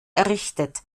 errichtet